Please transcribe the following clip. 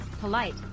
Polite